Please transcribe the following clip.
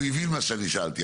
הוא הבין מה שאני שאלתי.